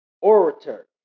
orator